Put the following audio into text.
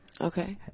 Okay